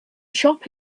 shop